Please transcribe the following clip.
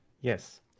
Yes